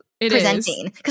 presenting